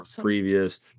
previous